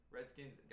Redskins